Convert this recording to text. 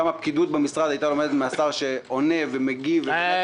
הפקידות במשרד הייתה לומדת מהשר שעונה ומגיב כך,